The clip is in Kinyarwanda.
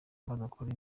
badakora